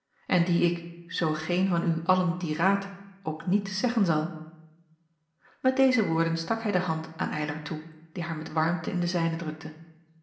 en die ik zoo geen van u allen die raadt ook niet zeggen zal met deze woorden stak hij de hand aan eylar toe die haar met warmte in de zijne drukte